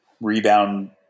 rebound